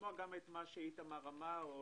לשמוע את מה שאיתמר אמר, או